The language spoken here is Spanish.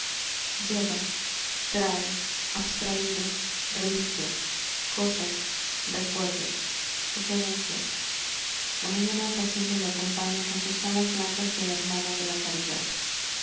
lleva trae abstraído reliquias cosas recuerdos sugerencias la mañana apacible e acompaña con sus alas blancas de hermana de caridad